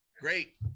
great